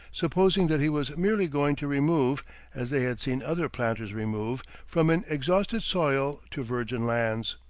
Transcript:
supposing that he was merely going to remove, as they had seen other planters remove, from an exhausted soil to virgin lands.